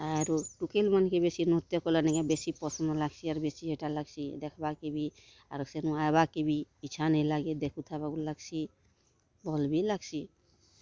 ଆରୁ ଟୁକେଲ୍ ମାନଙ୍କେ ବେଶୀ ନୃତ୍ୟ କଲା ନାକେ ବେଶୀ ପସନ୍ଦ ଲାଗ୍ସି ଆର୍ ବେଶୀ ଏଇଟା ଲାଗ୍ସି ଦେଖ୍ବାକେ ବି ଆରୁ ସେନୁ ଆବାକେ ବି ଇଚ୍ଛା ନାଇ ଲାଗେ ଦେଖୁ ଥବାକୁ ଲାଗ୍ସି ଭଲ୍ ବି ଲାଗ୍ସି